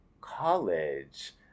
college